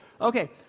Okay